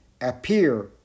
appear